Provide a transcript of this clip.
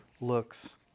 looks